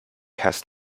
has